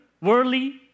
worldly